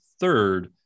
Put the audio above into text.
third